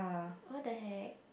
what the heck